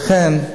לכן,